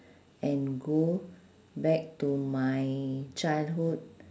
and go back to my childhood